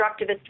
constructivist